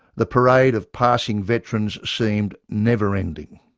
the parade of passing veterans seemed never-ending